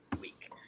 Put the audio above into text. week